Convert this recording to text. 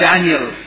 Daniel